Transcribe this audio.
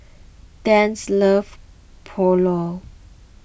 love Pulao